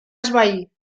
esvair